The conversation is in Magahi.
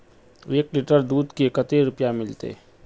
एक लीटर दूध के कते रुपया मिलते?